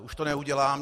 Už to neudělám.